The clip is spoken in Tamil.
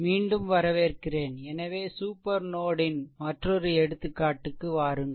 மீண்டும் வரவேற்கிறேன்எனவே சூப்பர் நோட் ன் மற்றொரு எடுத்துக்காட்டுக்கு வாருங்கள்